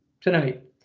tonight